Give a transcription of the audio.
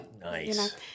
Nice